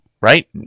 right